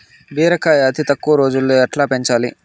బీరకాయ అతి తక్కువ రోజుల్లో ఎట్లా పెంచాలి?